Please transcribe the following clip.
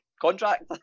contract